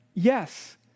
Yes